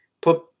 put